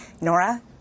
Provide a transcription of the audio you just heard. Nora